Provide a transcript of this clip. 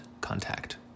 Contact